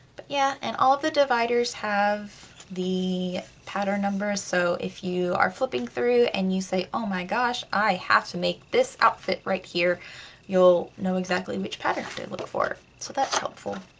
but yeah. and all of the dividers have the pattern number so if you are flipping through and you say oh my gosh, i have to make this outfit right here you'll know exactly which pattern to look for. so that's helpful.